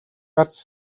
гарч